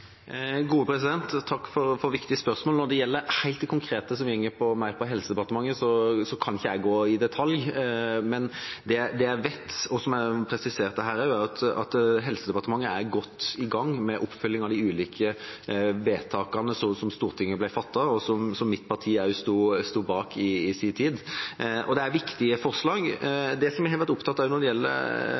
for viktige spørsmål. Når det helt konkret gjelder det som ligger til Helsedepartementet, kan jeg ikke gå i detalj om det. Det jeg vet, som jeg også presiserte her, er at Helsedepartementet er godt i gang med oppfølging av de ulike vedtakene som Stortinget har fattet, og som mitt parti sto bak i sin tid. Det er viktige forslag. Noe av det jeg har vært opptatt av når det gjelder